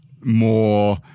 more